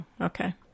Okay